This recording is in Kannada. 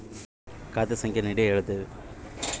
ಸರ್ ನನ್ನ ಉಳಿತಾಯ ಖಾತೆಯಲ್ಲಿ ಜಮಾ ಎಷ್ಟು ಐತಿ ಅಂತ ಹೇಳ್ತೇರಾ?